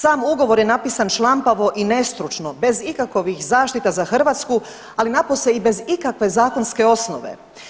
Sam ugovor je napisan šlampavo i nestručno bez ikakovih zaštita za Hrvatsku, ali napose i bez ikakve zakonske osnove.